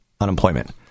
unemployment